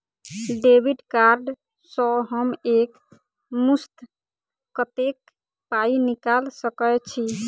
Debit card सँ हम एक मुस्त कत्तेक पाई निकाल सकय छी?